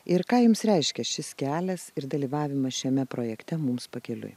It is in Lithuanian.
ir ką jums reiškia šis kelias ir dalyvavimas šiame projekte mums pakeliui